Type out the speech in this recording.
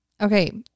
Okay